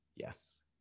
Yes